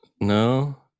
No